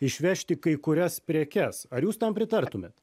išvežti kai kurias prekes ar jūs tam pritartumėt